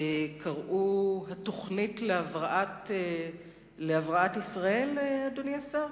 קראו "התוכנית להבראת ישראל", אדוני השר?